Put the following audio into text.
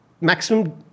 maximum